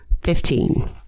Fifteen